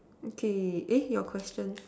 okay eh your question